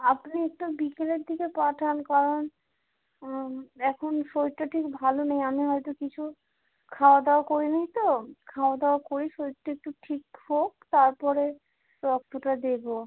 আপনি একটু বিকেলের দিকে পাঠান কারণ এখন শরীরটা ঠিক ভালো নেই আমি হয়তো কিছু খাওয়া দাওয়া করি নি তো খাওয়া দাওয়া করি শরীরটা একটু ঠিক হোক তারপরে রক্তটা দেবো